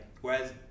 whereas